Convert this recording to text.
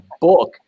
book